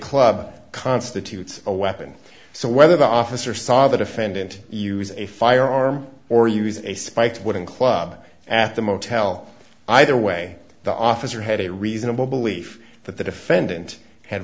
club constitutes a weapon so whether the officer saw the defendant use a firearm or use a spiked wooden club at the motel either way the officer had a reasonable belief that the defendant had